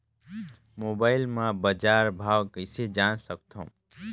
Mobile म बजार भाव कइसे जान सकथव?